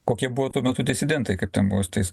kokie buvo tuo metu disidentai kaip ten buvo su tais